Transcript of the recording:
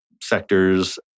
sectors